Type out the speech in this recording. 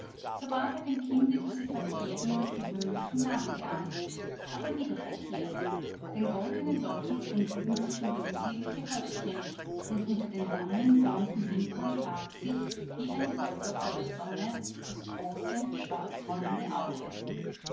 so war bei dem kinde diese verkehrung des gewöhnlichen nachgeahmt aber wieder verkehrt denn goldene locken ringelten sich um das zierliche häuptchen und unter den langen blonden wimpern barg sich wie ein räuber vor der sonne das große schwarzrollende auge